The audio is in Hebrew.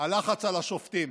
הלחץ על השופטים.